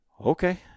okay